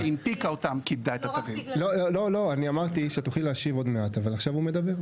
אבל עכשיו הוא מדבר.